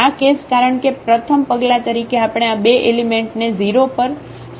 આ કેસ કારણ કે પ્રથમ પગલા તરીકે આપણે આ બે એલિમેન્ટને 0 પર સેટ કરીશું